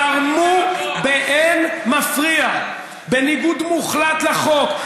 הם זרמו באין מפריע, בניגוד מוחלט לחוק.